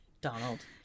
Donald